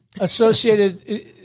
associated